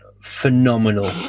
phenomenal